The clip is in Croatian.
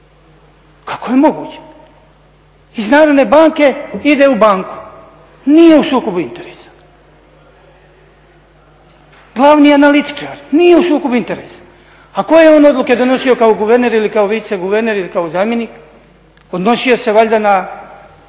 Kako je moguće? Iz narodne banke ide u banku, nije u sukobu interesa. Glavni analitičar, nije u sukobu interesa. A koje je on odluke donosio kao guverner ili kao viceguverner ili kao zamjenik, odnosio se valjda na